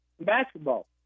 Basketball